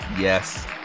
yes